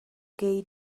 gei